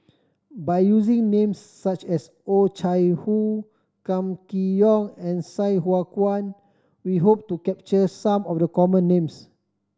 by using names such as Oh Chai Hoo Kam Kee Yong and Sai Hua Kuan we hope to capture some of the common names